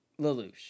Lelouch